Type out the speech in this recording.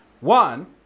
One